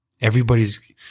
Everybody's